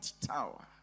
tower